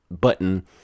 button